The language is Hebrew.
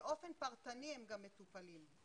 באופן פרטני הם גם מ טופלים.